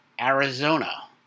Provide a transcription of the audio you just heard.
Arizona